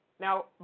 Now